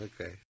Okay